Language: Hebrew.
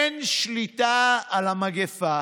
אין שליטה על המגפה,